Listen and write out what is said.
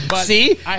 See